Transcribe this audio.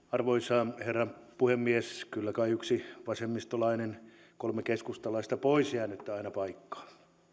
arvoisa herra puhemies kyllä kai yksi vasemmistolainen kolme keskustalaista pois jäänyttä aina paikkaa